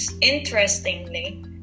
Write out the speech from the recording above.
interestingly